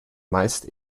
meist